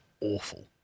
awful